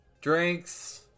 Drinks